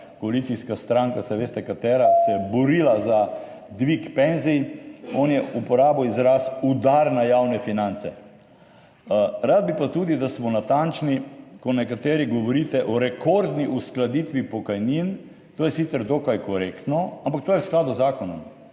koalicijska stranka, saj veste katera, se je borila za dvig penzij, on je uporabil izraz udar na javne finance. Rad bi pa tudi, da smo natančni, ko nekateri govorite o rekordni uskladitvi pokojnin. To je sicer dokaj korektno, ampak to je v skladu z zakonom,